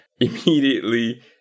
immediately